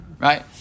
Right